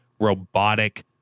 robotic